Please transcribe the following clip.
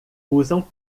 usam